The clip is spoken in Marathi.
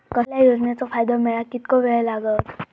कसल्याय योजनेचो फायदो मेळाक कितको वेळ लागत?